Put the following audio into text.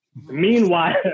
Meanwhile